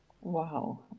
Wow